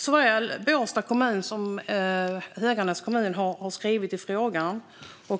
Såväl Båstads kommun som Höganäs kommun har skrivit i frågan.